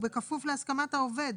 ובכפוף להסכמת העובד,